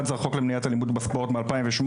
אחד זה החוק למניעת אלימות בספורט מ-2008,